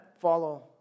follow